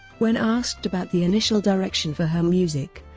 when asked about the initial direction for her music,